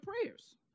prayers